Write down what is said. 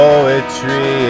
Poetry